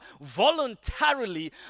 voluntarily